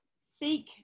seek